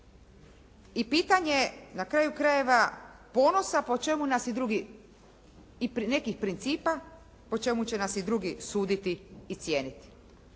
i pitanje na kraju krajeva ponosa po čemu nas i drugi, i nekih principa po čemu će nas i drugi suditi i cijeniti.